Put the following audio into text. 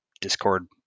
Discord